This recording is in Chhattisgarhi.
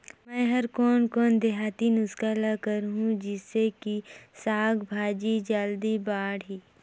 मै हर कोन कोन देहाती नुस्खा ल करहूं? जिसे कि साक भाजी जल्दी बाड़ही?